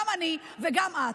גם אני וגם את.